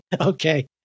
Okay